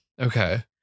Okay